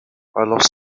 lost